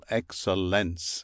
excellence